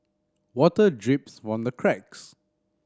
water drips from the cracks